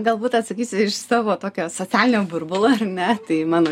galbūt atsakysiu iš savo tokio socialinio burbulo ar ne tai mano steigti